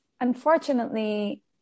unfortunately